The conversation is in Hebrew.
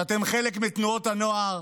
שאתם חלק מתנועות הנוער,